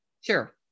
Sure